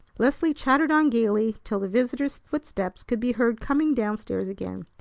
leslie chattered on gayly till the visitor's footsteps could be heard coming down-stairs again,